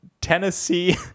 Tennessee